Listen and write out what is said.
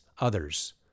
others